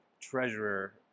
treasurer